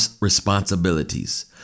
responsibilities